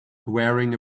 wearing